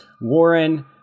Warren